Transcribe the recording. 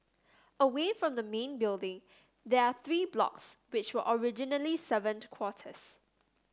away from the main building there are three blocks which were originally servant quarters